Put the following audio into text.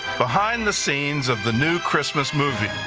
behind the scenes of the new christmas movie.